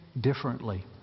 differently